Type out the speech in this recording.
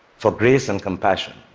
for grace and compassion.